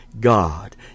God